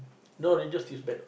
no religious teach bad